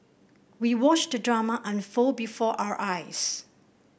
we watched the drama unfold before our eyes